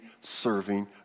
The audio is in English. serving